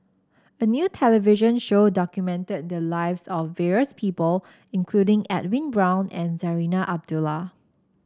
a new television show documented the lives of various people including Edwin Brown and Zarinah Abdullah